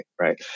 Right